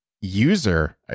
user